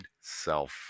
self